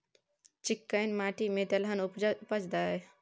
चिक्कैन माटी में तेलहन उपजतै?